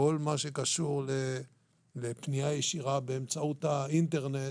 כל מה שקשור לפנייה ישירה באמצעות האינטרנט,